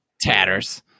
Tatters